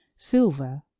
silver